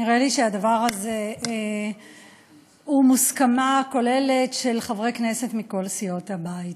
נראה לי שהדבר הזה הוא מוסכמה כוללת של חברי כנסת מכל סיעות הבית.